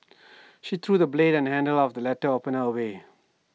she threw the blade and handle of the letter opener away